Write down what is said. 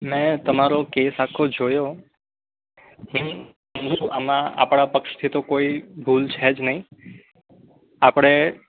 મેં તમારો કેસ આખો જોયો આમાં આપણા પક્ષથી તો કોઈ ભૂલ છે જ નહીં આપણે